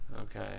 Okay